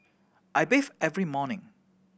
I bathe every morning